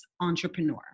entrepreneur